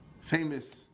famous